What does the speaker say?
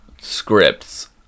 scripts